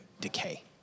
decay